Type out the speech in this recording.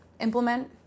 implement